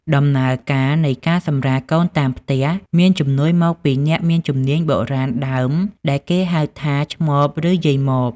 ដំណើរការនៃការសម្រាលកូនតាមផ្ទះ មានជំនួយមកពីអ្នកមានជំនាញបុរាណដើមដែលគេហៅថា ឆ្មប ឬ យាយម៉ប។